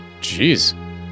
Jeez